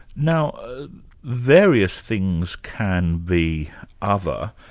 now various things can be other.